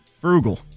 Frugal